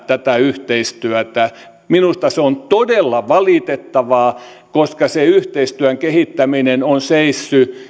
tätä yhteistyötä minusta se on todella valitettavaa koska se yhteistyön kehittäminen on seissyt